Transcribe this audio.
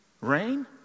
rain